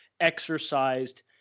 exercised